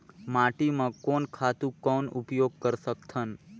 माटी म कोन खातु कौन उपयोग कर सकथन?